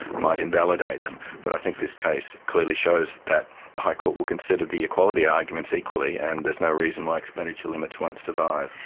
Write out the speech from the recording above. might invalidate them, but i think this case clearly shows that the high court will consider the equality arguments equally and there's no reason why expenditure limits won't survive.